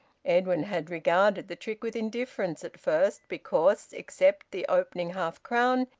edwin had regarded the trick with indifference at first, because, except the opening half crown,